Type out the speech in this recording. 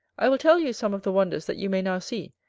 i will tell you some of the wonders that you may now see,